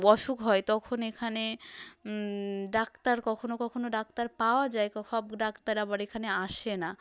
অসুখ হয় তখন এখানে ডাক্তার কখনও কখনও ডাক্তার পাওয়া যায় সব ডাক্তার আবার এখানে আসে না